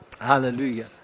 Hallelujah